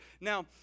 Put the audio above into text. Now